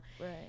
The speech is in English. Right